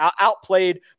outplayed